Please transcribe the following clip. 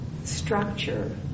structure